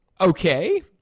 Okay